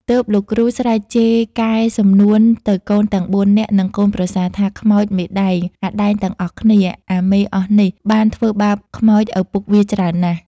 ទើបលោកគ្រូស្រែកជេរកែសំនួនទៅកូនទាំង ៤ នាក់ និងកូនប្រសាថា “ខ្មោចមេដែង អាដែងទាំងអស់គ្នា អាមេអស់នេះ បានធ្វើបាបខ្មោចឪពុកវាច្រើនណាស់។